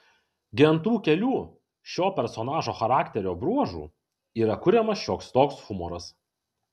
gi ant tų kelių šio personažo charakterio bruožų yra kuriamas šioks toks humoras